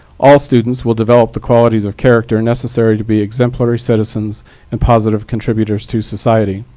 all students will develop the qualities or character necessary to be exemplary citizens and positive contributors to society.